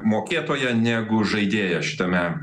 mokėtoja negu žaidėja šitame